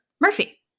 Murphy